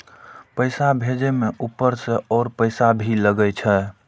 पैसा भेजे में ऊपर से और पैसा भी लगे छै?